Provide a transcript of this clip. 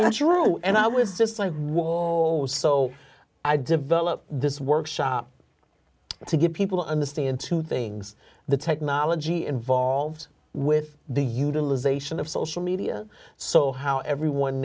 said true and i was just like walls so i developed this workshop to give people understand two things the technology involved with the utilization of social media so how everyone